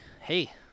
Hey